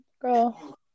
Girl